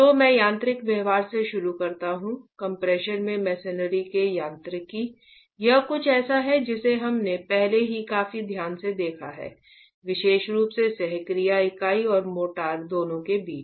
तो मैं यांत्रिक व्यवहार से शुरू करता हूं कम्प्रेशन में मेसेनरी के यांत्रिकी यह कुछ ऐसा है जिसे हमने पहले ही काफी ध्यान से देखा है विशेष रूप से सह क्रिया इकाई और मोर्टार दोनों के बीच